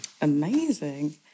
Amazing